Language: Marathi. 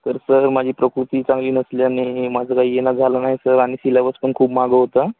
तर सर माझी प्रकृती चांगली नसल्याने माझं काही येणं झालं नाही सर आणि सिलेबस पण खूप मागं होतं